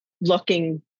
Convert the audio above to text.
looking